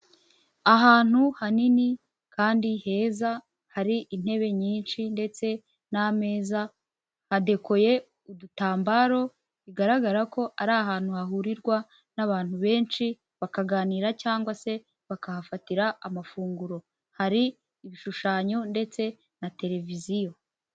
Ahantu hanini kandi heza hari intebe nyinshi ndetse n'ameza adekoye udutambaro bigaragara ko ari ahantu hahurirwa n'abantu benshi bakaganira cyangwa se bakahafatira amafunguro, hari ibishushanyo ndetse na televiziyo.